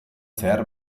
zehar